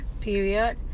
period